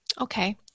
Okay